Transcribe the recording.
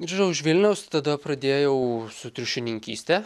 grįžau iš vilniaus ir tada pradėjau su triušininkyste